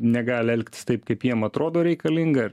negali elgtis taip kaip jiem atrodo reikalinga ir